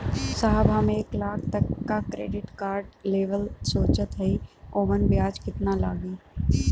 साहब हम एक लाख तक क क्रेडिट कार्ड लेवल सोचत हई ओमन ब्याज कितना लागि?